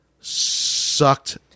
sucked